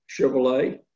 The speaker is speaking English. Chevrolet